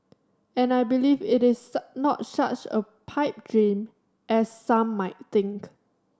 and I believe it is not such a pipe dream as some might think